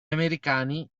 americani